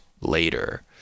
later